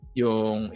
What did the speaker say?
yung